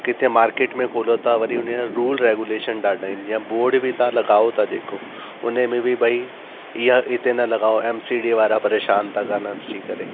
जिथे मार्केट में खोलो था वरी उने या रूल रेगूलेशन ॾाढा आहिनि जीअं बोर्ड बि तव्हां लॻाओ था जेको उने में भई इहा इते न लॻाओ एम सी डी वारा परेशानु थी करण ॾिसी करे